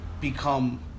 become